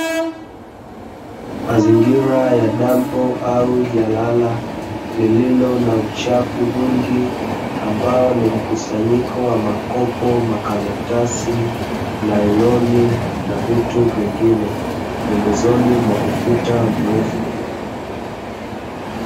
Mazingira ya dampo au jalala, lililo na uchafu mwingi ambao ni mkusanyiko wa makopo, makaratasi, nailoni na vitu vingine pembezoni mwa ukuta mrefu.